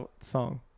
song